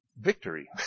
victory